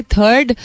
Third